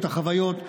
את החוויות,